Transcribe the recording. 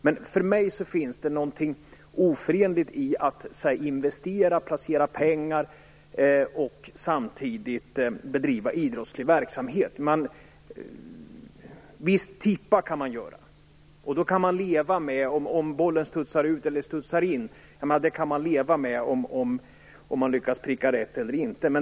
Men för mig finns det någonting oförenligt i att investera, placera pengar, och samtidigt bedriva idrottslig verksamhet. Om man tippar kan man leva med att bollen studsar ut eller in. Antingen lyckas man pricka rätt eller inte.